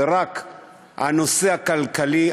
זה רק הנושא הכלכלי,